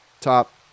top